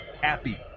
happy